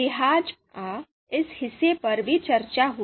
लिहाजा इस हिस्से पर भी चर्चा हुई